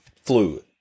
fluid